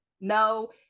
no